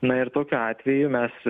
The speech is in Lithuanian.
na ir tokiu atveju mes